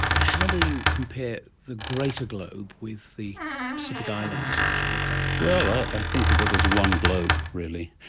how do you compare the greater globe with the pacific islands that you've looked at? well, i think of it as one globe really.